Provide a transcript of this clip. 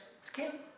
skin